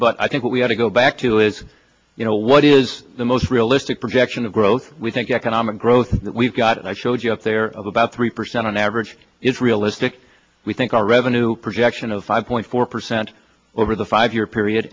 but i think what we have to go back to is you know what is the most realistic projection of growth we think economic growth that we've got i showed you have there about three percent on average it's realistic we think our revenue projection of five point four percent over the five year period